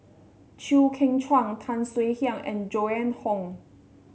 Chew Kheng Chuan Tan Swie Hian and Joan Hon